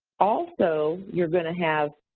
also, you're gonna have